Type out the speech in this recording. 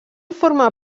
forma